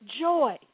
joy